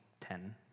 ten